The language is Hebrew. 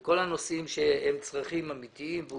כל הנושאים שהם צרכים אמיתיים והוא